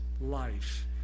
life